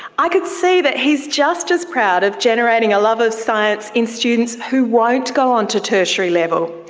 i could see that he is just as proud of generating a love of science in students who won't go on to tertiary level.